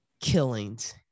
killings